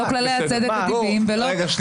לא כללי הצדק הטבעיים ולא --- רוטמן,